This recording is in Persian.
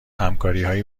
همکاریهایی